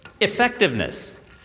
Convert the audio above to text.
effectiveness